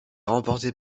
remporté